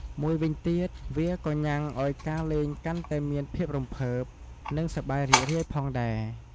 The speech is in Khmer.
មួយវិញទៀត វាក៏ញុាំងឱ្យការលេងកាន់តែមានភាពរំភើប និង សប្បាយរីករាយផងដែរ។